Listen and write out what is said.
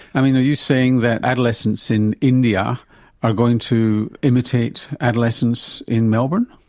i mean are you saying that adolescents in india are going to imitate adolescents in melbourne?